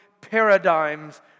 paradigms